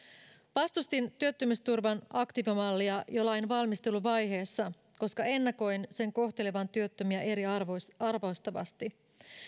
vastustin työttömyysturvan aktiivimallia jo lain valmisteluvaiheessa koska ennakoin sen kohtelevan työttömiä eriarvoistavasti